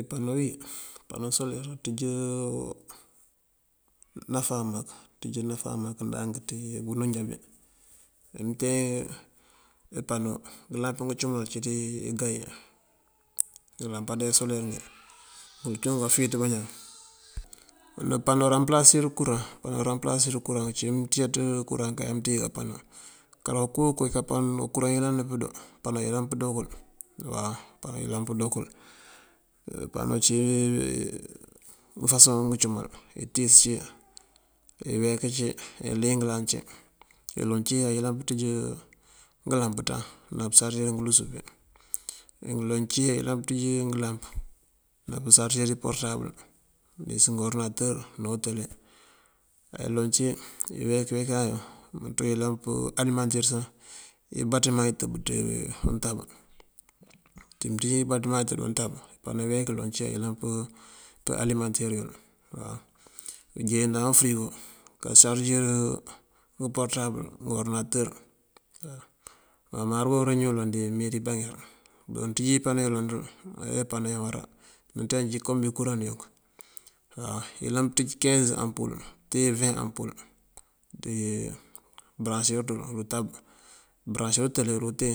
Ipano iyí, ipano soler aţíj ináfá mak, aţíj nufá mak ndank ţí baloŋ jábí. Mëntee ipano ngëlamp ngëcumal cíţ dí igá iyí, ngëlampader soler ngí ngun cíwun koofíiţ bañaan. Ipano rampëlas kuraŋ. Ipano rampëlas kuraŋ. Uncí mënţíj kuraŋ kay mënţíj kapano karonko onko kuraŋ ayëlan pëndo pano ayëlan pëndo wul waw, pano ayëlan pëndo kul. Pano ací ngëfasoŋ ngëcumal: itíis cí, eyeek cí, eeligëlan cí. Iloŋ cí ayëlan pënţíj ngëlamp ţan ná pësarësir ngëlus ngí. Eloŋ cí ayëlan pënţíj ngëlamp ná pësarësir iporëtabël dí ngëworëdinatër ná utele. Eloŋ cí iyeek yeekëna imënţandana yun imëntee yí ayëlan pëwalimantir sá ibatimaŋ itëb ţí untab. Uncí mënţíj ibatimaŋ itëb ţí untab ipano iyeek iloŋ ací ayëlan pëwalimantir yël waw, injeejëna fërigo kasarësir ngëporëtabël, ngëworëdinatër. Má mee ruwa ureeno uloŋ dímeri bañel. Baloŋ ţíj ipano ţul ayeparël nee awará imënţa ací kom kuraŋ unk waw ayëlan kanţíj kenz ampul unk tee veeŋ ampul tee bëraŋësir ţël utab, bërasërir utele tee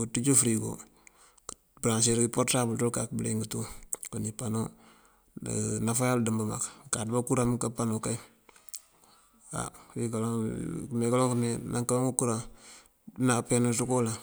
unţíj ufërigo bësarësir uporëtabël bëţ kak bëliyëng tú kon ipano naf yul dembë mak. Mëmkaţ bá kuraŋ amëmká kapano kay kemee kaloŋ këmee nankawunk kuran pelananëţu koo uloŋ.